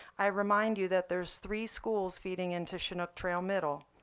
i remind you that there's three schools feeding into chinook trail middle,